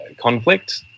conflict